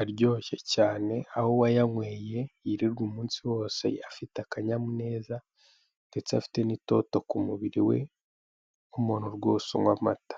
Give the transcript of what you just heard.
aryoshye cyane aho wayanyweye yirirwa umunsi wose afite akanyamuneza ndetse afite n'itoto k'umubiri we nk'umuntu rwoswe unywa amata.